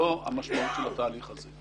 זו המשמעות של התהליך הזה.